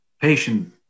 patient